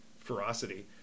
ferocity